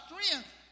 strength